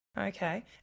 Okay